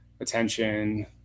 attention